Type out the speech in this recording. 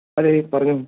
അതേ പറഞ്ഞോ